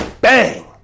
bang